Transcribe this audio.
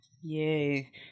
Yay